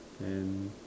and